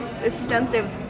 extensive